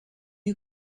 you